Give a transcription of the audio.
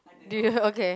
okay